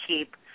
keep